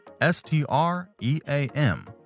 S-T-R-E-A-M